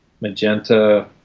Magenta